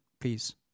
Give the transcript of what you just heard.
please